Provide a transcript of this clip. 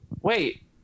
Wait